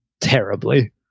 terribly